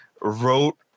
wrote